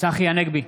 צחי הנגבי,